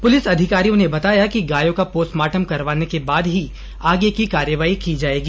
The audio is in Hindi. पुलिस अधिकारियों ने बताया कि गायों का पोस्टमार्टम करवाने के बाद ही आगे की कार्रवाई की जावेगी